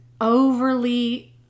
overly